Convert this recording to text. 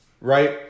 right